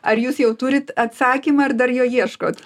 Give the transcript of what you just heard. ar jūs jau turit atsakymą ar dar jo ieškot